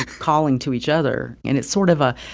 calling to each other. and it's sort of a,